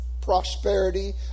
prosperity